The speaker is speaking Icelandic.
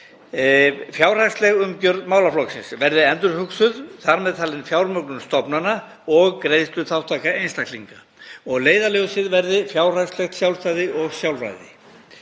Fjárhagsleg umgjörð málaflokksins verði endurhugsuð, þar með talin fjármögnun stofnana og greiðsluþátttaka einstaklinga. Leiðarljósið verði fjárhagslegt sjálfstæði og sjálfræði.